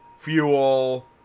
Fuel